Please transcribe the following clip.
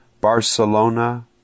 Barcelona